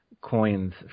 coins